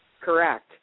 Correct